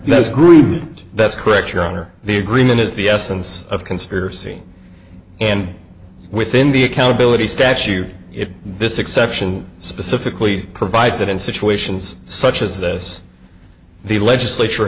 group that's correct your honor the agreement is the essence of conspiracy and within the accountability statute this exception specifically provides that in situations such as this the legislature